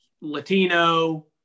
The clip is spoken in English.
Latino